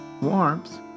Warmth